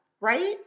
right